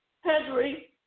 Henry